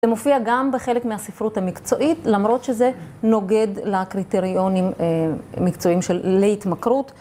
זה מופיע גם בחלק מהספרות המקצועית, למרות שזה נוגד לקריטריונים מקצועיים של להתמכרות.